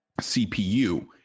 CPU